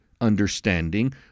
understanding